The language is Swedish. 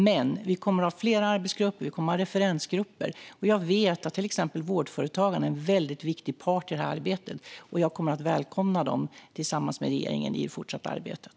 Men vi kommer att ha flera arbetsgrupper och referensgrupper. Jag vet att till exempel Vårdföretagarna är en mycket viktig part i detta arbete, och jag kommer att välkomna dem att tillsammans med regeringen delta i det fortsatta arbetet.